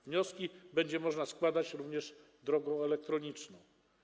Wnioski będzie można składać również drogą elektroniczną.